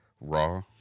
Raw